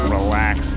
Relax